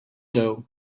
doe